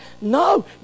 No